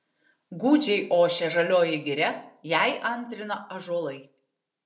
gūdžiai ošia žalioji giria jai antrina ąžuolai